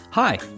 Hi